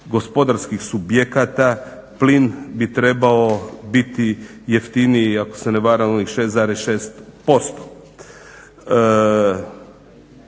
gospodarskih subjekata plin bi trebao biti jeftiniji ako se ne varam onih 6,6%.